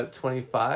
25